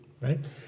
right